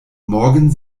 morgen